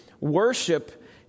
worship